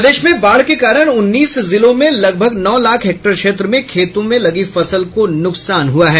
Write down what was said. प्रदेश में बाढ़ के कारण उन्नीस जिलों में लगभग नौ लाख हेक्टेयर क्षेत्र में खेतों में लगी फसल को नुकसान हुआ है